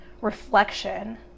reflection